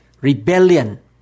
rebellion